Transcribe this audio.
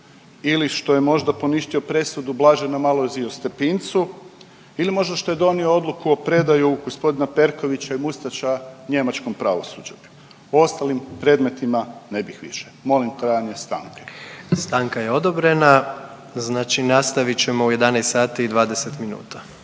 ili što je možda poništio presudu o Blaženom Alojziju Stepincu ili možda što je donio odluku o prodaju gospodina Perkovića i Mustaća njemačkom pravosuđu. O ostalim predmetima ne bih više. Molim trajanje stanke. **Jandroković, Gordan (HDZ)** Stanka je odobrena. Znači nastavit ćemo u 11 sati i 20 minuta.